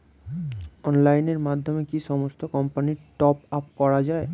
অনলাইনের মাধ্যমে কি সমস্ত কোম্পানির টপ আপ করা যায়?